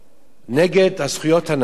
נגד, הזכויות לנשים,